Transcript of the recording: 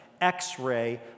X-ray